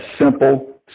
simple